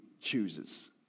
chooses